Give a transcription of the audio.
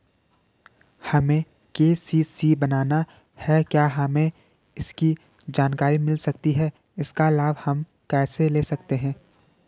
हमें के.सी.सी बनाना है क्या हमें इसकी जानकारी मिल सकती है इसका लाभ हम कैसे ले सकते हैं?